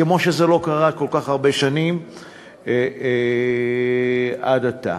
כמו שזה לא קרה כל כך הרבה שנים עד עתה.